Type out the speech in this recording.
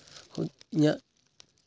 ᱤᱧᱟᱹᱜ